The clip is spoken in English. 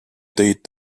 date